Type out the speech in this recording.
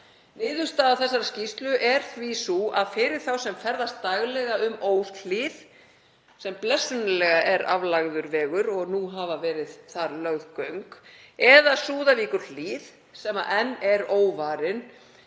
„Niðurstaða þessarar skýrslu er því sú að fyrir þá sem ferðast daglega um Óshlíð“ — sem blessunarlega er aflagður vegur og nú hafa verið þar lögð göng — „eða Súðavíkurhlíð“ — sem enn er óvarin